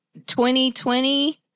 2020